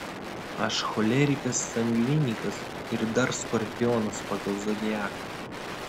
aš cholerikas sangvinikas ir dar skorpionas pagal zodiaką